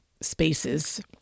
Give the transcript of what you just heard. spaces